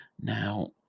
Now